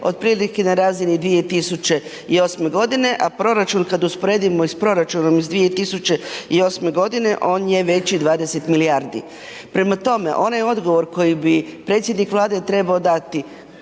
otprilike na razine 2008. godine, a proračun kad usporedimo i s proračunom iz 2008. godine on je veći 20 milijardi. Prema tome, onaj odgovor koji bi predsjednik Vlade trebao dati,